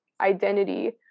identity